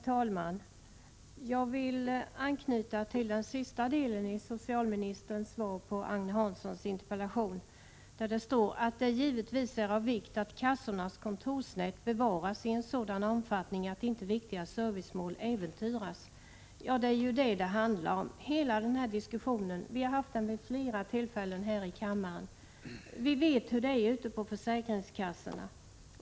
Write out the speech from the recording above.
Herr talman! Låt mig anknyta till den sista delen av socialministerns svar 24 mars 1987 på Agne Hanssons interpellation, där det heter: ”Jag vill avslutningsvis framhålla att det givetvis är av vikt att kassornas kontorsnät bevaras i en sådan omfattning att inte viktiga servicemål äventyras.” | Ja, det är ju det som hela denna diskussion handlar om. Vi har också vid flera tidigare tillfällen fört motsvarande diskussion här i kammaren. Vi vet | hur det är ute i försäkringskassorna.